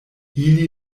ili